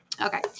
Okay